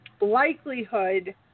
likelihood